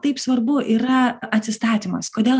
taip svarbu yra atsistatymas kodėl